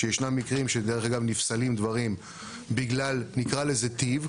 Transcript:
שישנם מקרים שדרך אגב נפסלים דברים בגלל נראה לזה טיב.